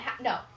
no